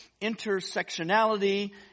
intersectionality